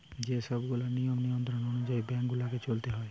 যে সব গুলা নিয়ম নিয়ন্ত্রণ অনুযায়ী বেঙ্ক গুলাকে চলতে হয়